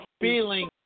feeling